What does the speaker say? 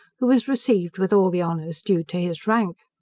who was received with all the honours due to his rank.